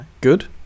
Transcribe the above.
Good